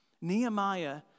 Nehemiah